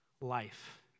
life